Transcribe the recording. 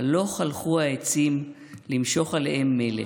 הלוך הלכו העצים למשח עליהם מלך".